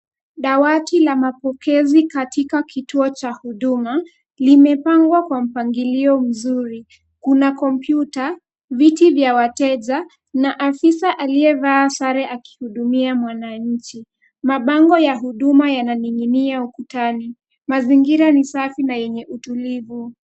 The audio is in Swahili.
Dawati la mapokezi katika kituo cha huduma limepangwa kwa mpangilio mzuri, kuna kompyuta, viti vya wateja na afisa aliyevaa sare akihudumia mwananchi. Mabango ya hudmua yananing'inia ukutani. Mazingira ni safi na yenye utulivu.